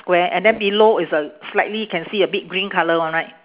square and then below it's a slightly can see a bit green colour one right